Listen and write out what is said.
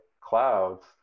clouds